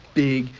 big